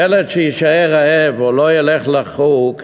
ילד שיישאר רעב או לא ילך לחוג,